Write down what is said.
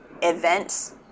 events